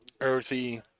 earthy